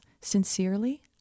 Sincerely